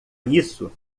isso